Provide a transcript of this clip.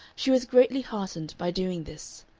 she was greatly heartened by doing this.